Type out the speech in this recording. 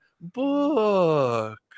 Book